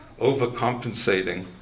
overcompensating